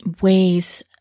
ways